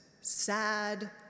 sad